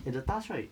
and the task right